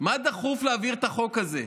מה דחוף להעביר את החוק הזה?